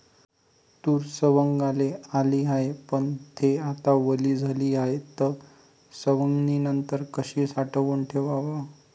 तूर सवंगाले आली हाये, पन थे आता वली झाली हाये, त सवंगनीनंतर कशी साठवून ठेवाव?